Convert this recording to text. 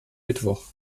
mittwoch